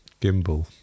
gimbal